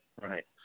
Right